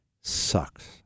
sucks